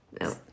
No